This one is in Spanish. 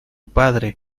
padre